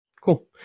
Cool